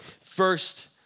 First